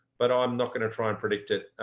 but i'm not going to try and predict it.